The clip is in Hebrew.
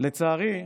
לצערי,